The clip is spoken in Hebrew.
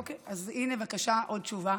אוקיי, אז הינה, בבקשה, עוד תשובה